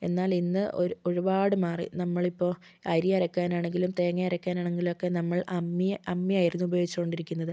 എന്നാൽ ഇന്ന് ഒരു ഒരുപാട് മാറി നമ്മളിപ്പോൾ അരി അരയ്ക്കാൻ ആണെങ്കിലും തേങ്ങ അരയ്ക്കാൻ ആണെങ്കിലൊക്കെ നമ്മൾ അമ്മി അമ്മിയായിരുന്നു ഉപയോഗിച്ചുകൊണ്ടിരിക്കുന്നത്